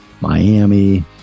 miami